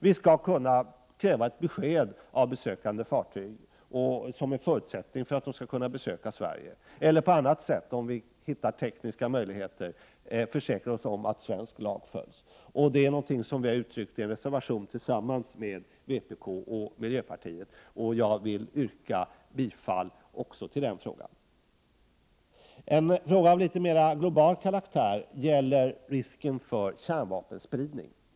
Vi skall kunna kräva ett besked av besökande fartyg som förutsättning för att de skall få besöka Sverige eller — om vi hittar tekniska möjligheter härtill — på annat sätt försäkra oss om att svensk lag följs. Det är något som vi uttryckt i reservation S tillsammans med vpk och miljöpartiet, och jag vill yrka bifall också till den reservationen. En fråga som är av litet mera global karaktär är risken för kärnvapenspridning.